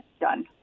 done